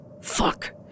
fuck